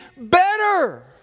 better